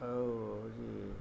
ଆଉ ହଉଛି